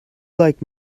like